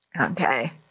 Okay